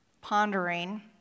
pondering